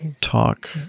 Talk